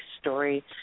story